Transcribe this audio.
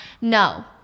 No